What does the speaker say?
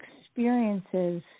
experiences